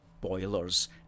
boilers